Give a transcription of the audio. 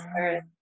earth